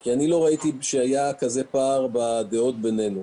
כי אני לא ראיתי שהיה כזה פער בדעות בינינו.